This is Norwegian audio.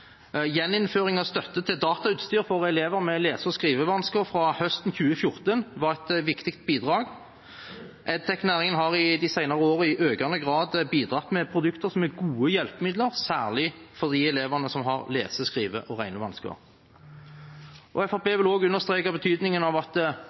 Gjeninnføring av støtte til datautstyr for elever med lese- og skrivevansker fra høsten 2014 var et viktig bidrag. Edtech-næringen har de senere årene i økende grad bidratt med produkter som er gode hjelpemidler, særlig for de elevene som har lese-, skrive- og